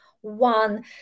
one